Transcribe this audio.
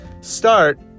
Start